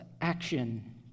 action